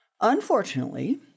Unfortunately